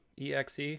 exe